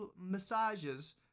massages